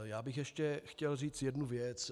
Já bych ještě chtěl říct jednu věc.